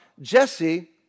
Jesse